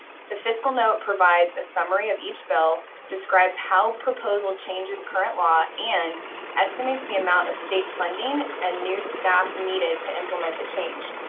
the fiscal note provides a summary of each bill, describes how proposal changes current law and estimates the amount of state funding and new staff needed to implement the change.